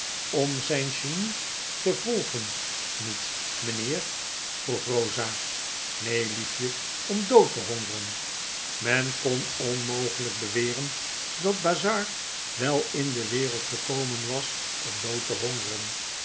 om zijn genie te volgen niet mijnheer vroeg eosa neen liefje om dood te hongeren men kon onmogelijk beweren dat bazzard wel in de wereld gekomen was om dood te hongeren